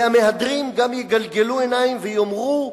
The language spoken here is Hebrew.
והמהדרין גם יגלגלו עיניים ויאמרו: